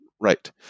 Right